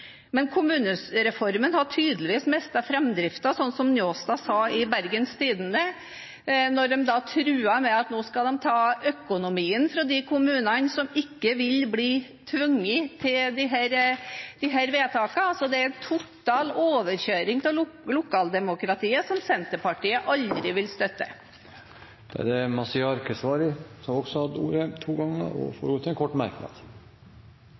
Men kommunereformen har tydeligvis mistet framdriften, slik Njåstad sa i Bergens Tidende, når de truer med at de skal ta økonomien fra de kommunene som ikke vil bli tvunget til disse vedtakene. Det er en total overkjøring av lokaldemokratiet, som Senterpartiet aldri vil støtte. Representanten Mazyar Keshvari har hatt ordet to ganger tidligere og får ordet til en kort merknad,